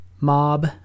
mob